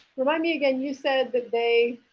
remind me again, you said they they